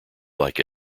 like